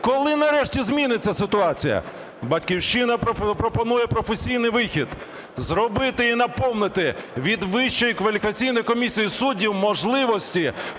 Коли нарешті зміниться ситуація? "Батьківщина" пропонує професійний вихід: зробити і наповнити від Вищої кваліфікаційної комісії суддів можливості